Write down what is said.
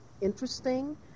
Interesting